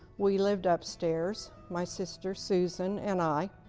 we lived upstairs, my sister susan and i,